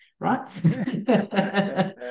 Right